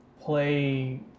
play